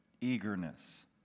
eagerness